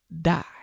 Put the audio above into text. die